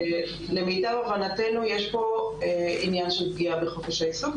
למיטב הבנתנו יש פה עניין של פגיעה בחופש העיסוק,